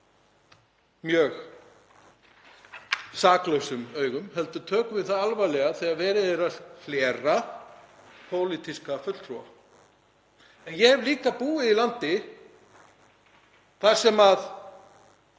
mjög saklausum augum heldur tökum við það alvarlega þegar verið er að hlera pólitíska fulltrúa. En ég hef líka búið í landi þar sem